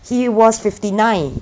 he was fifty nine